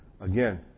Again